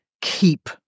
keep